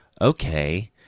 okay